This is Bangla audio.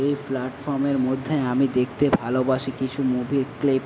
এই প্ল্যাটফর্মের মধ্যে আমি দেখতে ভালোবাসি কিছু মুভি ক্লিপ